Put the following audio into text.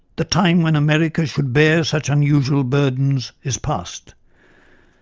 the time when america should bear such unusual burdens is past.